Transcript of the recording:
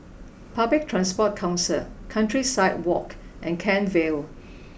Public Transport Council Countryside Walk and Kent Vale